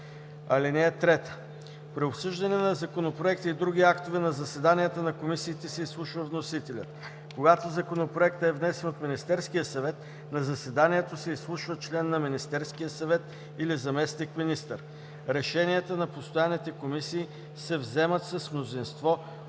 (3) При обсъждане на законопроекти и други актове на заседанията на комисиите се изслушва вносителят. Когато законопроектът е внесен от Министерския съвет, на заседанието се изслушва член на Министерския съвет или заместник-министър. (4) Решенията на постоянните комисии се вземат с мнозинство от